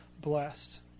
blessed